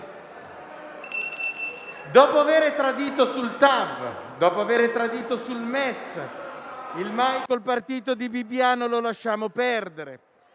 Dopo aver tradito sul TAV; dopo aver tradito sul MES; il «mai col partito di Bibbiano» lo lasciamo perdere;